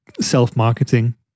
self-marketing